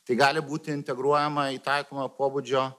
tai gali būti integruojama į taikomojo pobūdžio